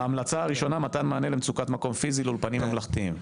ההמלצה הראשונה מתן מענה למצוקת מקום פיזי לאולפנים ממלכתיים.